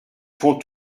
font